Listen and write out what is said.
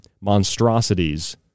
monstrosities